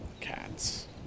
cats